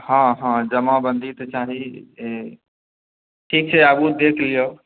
हँ हँ जमाबंदी तऽ चाही ठीक छै आगूँ देखि लिऐ